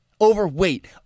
overweight